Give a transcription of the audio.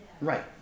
Right